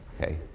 Okay